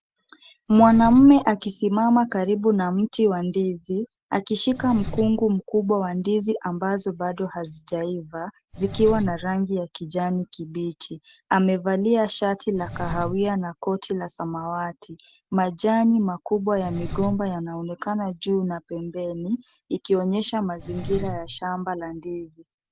Mwanamume akisimama karibu na mti wa ndizi, akishika mkungu mkubwa wa ndizi ambazo bado hazijaiva, zikiwa na rangi ya kijani kibichi. Amevalia shati na kahawia na koti la samawati. Majani makubwa ya migomba yanaonekana juu na pembeni, ikionyesha mazingira ya shamba la ndizi.